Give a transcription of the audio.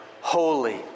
holy